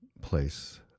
place